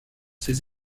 ces